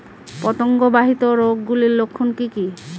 পতঙ্গ বাহিত রোগ গুলির লক্ষণ কি কি?